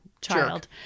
child